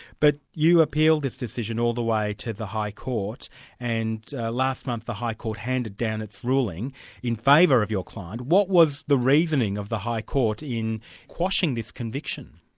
but you appealed this decision all the way to the high court and last month the high court handed down its ruling in favour of your client. what was the reasoning of the high court in quashing this conviction?